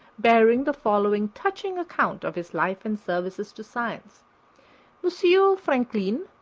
bearing the following touching account of his life and services to science monsieur franqulin,